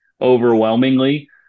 overwhelmingly